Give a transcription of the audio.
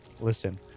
Listen